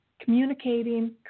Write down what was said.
communicating